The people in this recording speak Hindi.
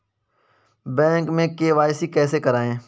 बैंक में के.वाई.सी कैसे करायें?